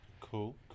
Cool